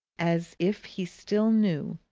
as if he still knew,